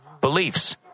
beliefs